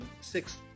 six